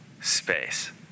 space